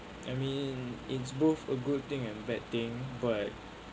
I mean it's both a good thing and bad thing but